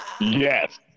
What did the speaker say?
yes